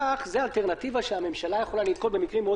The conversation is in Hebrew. תקש"ח זאת אלטרנטיבה שהממשלה יכולה לנקוט במקרים מאוד